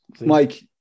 Mike